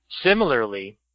Similarly